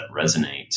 resonate